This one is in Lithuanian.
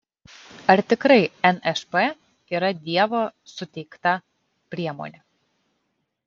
ar tikrai nšp yra dievo suteikta priemonė